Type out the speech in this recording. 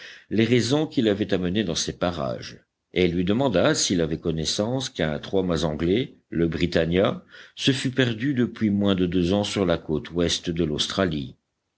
les raisons qui l'avaient amené dans ces parages et il lui demanda s'il avait connaissance qu'un trois-mâts anglais le britannia se fût perdu depuis moins de deux ans sur la côte ouest de l'australie